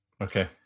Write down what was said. Okay